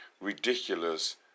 ridiculous